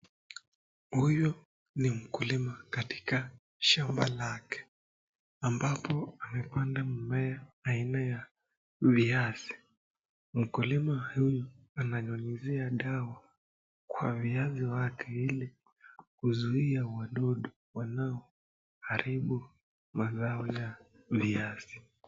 Huyu ni mkulima katika shamba lake ambapo amepanda mmea aina ya viazi, mkulima ananyunyizia dawa kwa viazi wake ili kuzuia wadudu wanaoharibu mazao ya viazi.